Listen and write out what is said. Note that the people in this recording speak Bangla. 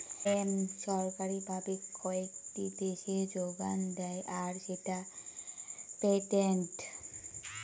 হেম্প সরকারি ভাবে কয়েকটি দেশে যোগান দেয় আর সেটা পেটেন্টেড